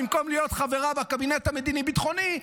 ובמקום להיות חברה בקבינט המדיני-ביטחוני,